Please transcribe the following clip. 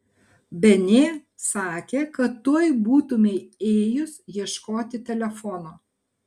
benė sakė kad tuoj būtumei ėjus ieškoti telefono